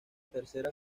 tercera